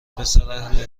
پسراهل